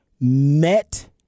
met